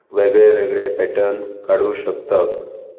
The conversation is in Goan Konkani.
वेगळे वेगळे पॅटर्न काडूंक शकतात